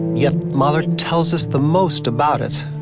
yet mahler tells us the most about it.